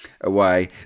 away